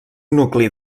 nucli